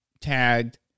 tagged